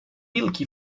yılki